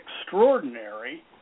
extraordinary